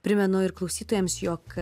primenu ir klausytojams jog